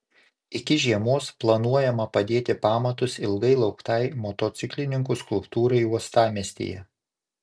iki žiemos planuojama padėti pamatus ilgai lauktai motociklininkų skulptūrai uostamiestyje